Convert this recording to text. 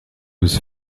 was